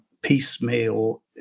piecemeal